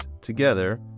together